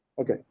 okay